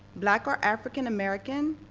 black or african american,